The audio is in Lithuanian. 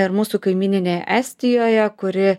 ir mūsų kaimyninėe estijoje kuri